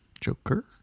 Joker